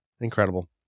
Incredible